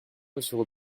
monsieur